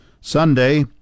Sunday